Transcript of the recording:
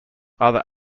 other